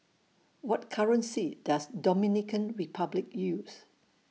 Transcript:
What currency Does Dominican Republic use